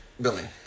building